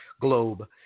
globe